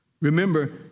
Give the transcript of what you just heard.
Remember